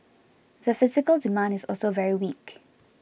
the physical demand is also very weak